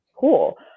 cool